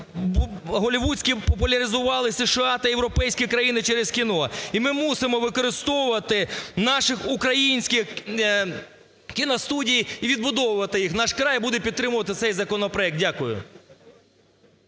голлівудські, популяризували США та європейські країни через кіно. І ми мусимо використовувати наші українські кіностудії і відбудовувати їх. "Наш край" буде підтримувати цей законопроект. Дякую.